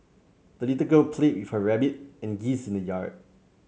the little girl played with her rabbit and geese in the yard